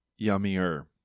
yummier